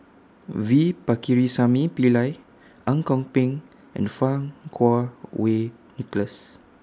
V Pakirisamy Pillai Ang Kok Peng and Fang Kuo Wei Nicholas